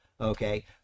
Okay